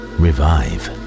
revive